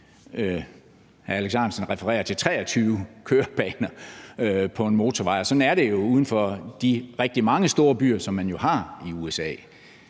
Hr. Alex Ahrendtsen refererer til 23 køreplaner på en motorvej, og sådan er det jo uden for de rigtig mange store byer, som man har i USA.